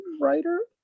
writer